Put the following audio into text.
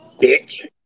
Bitch